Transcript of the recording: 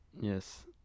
Yes